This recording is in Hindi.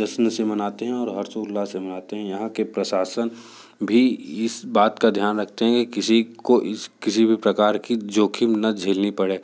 जश्न से मनाते हैं और हर्षोल्लास से मनाते हैं यहाँ के प्रशासक भी इस बात का ध्यान रखते हैं कि किसी को किसी भी प्रकार की जोखिम ना झेलनी पड़े